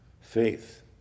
faith